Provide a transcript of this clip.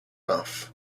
off